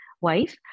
wife